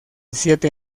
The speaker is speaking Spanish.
siete